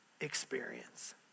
experience